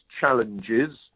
challenges